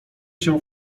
się